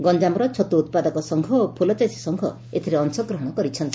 ଗଞାମର ଛତୁ ଉପାଦକ ସଂଘ ଓ ଫୂଲଚାଷୀ ସଂଘ ଏଥିରେ ଅଂଶଗ୍ରହଣ କରିଛନ୍ତି